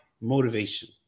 motivation